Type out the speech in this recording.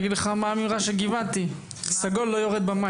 אתה יודע מה האמירה של גבעתי: סגול לא יורד במים.